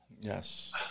Yes